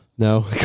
No